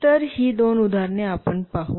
तर ही दोन उदाहरणे आपण पाहू